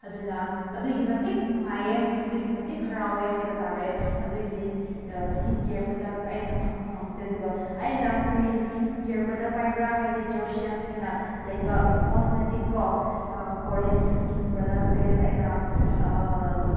ꯑꯗꯨꯅ ꯑꯗꯨꯛꯀꯤ ꯃꯇꯤꯛ ꯅꯨꯡꯉꯥꯏꯌꯦ ꯑꯗꯨꯛꯀꯤ ꯃꯇꯤꯛ ꯍꯔꯥꯎꯋꯦ ꯍꯥꯏꯕ ꯇꯥꯔꯦ ꯑꯗꯨꯒꯤ ꯁ꯭ꯀꯤꯟ ꯀꯦꯌꯥꯔ ꯄ꯭ꯔꯗꯛ ꯑꯩꯅ ꯐꯪꯕ ꯉꯝꯕꯁꯦ ꯑꯗꯨꯒ ꯑꯩꯅ ꯀꯔꯤ ꯁ꯭ꯀꯤꯟ ꯀꯦꯌꯥꯔ ꯄ꯭ꯔꯗꯛ ꯄꯥꯏꯕ꯭ꯔꯥ ꯍꯥꯏꯔꯗꯤ ꯖꯣꯁꯤꯌꯥꯟ ꯍꯥꯏꯅ ꯂꯩꯕ ꯀꯣꯁꯃꯦꯇꯤꯛ ꯀꯣ ꯀꯣꯔꯤꯌꯥꯟꯒꯤ ꯁ꯭ꯀꯤꯟ ꯄ꯭ꯔꯗꯛꯁꯦ ꯑꯩꯅ